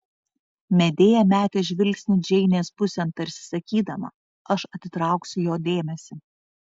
medėja metė žvilgsnį džeinės pusėn tarsi sakydama aš atitrauksiu jo dėmesį